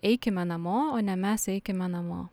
eikime namo o ne mes eikime namo